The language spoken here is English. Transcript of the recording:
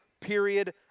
period